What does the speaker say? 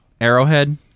Arrowhead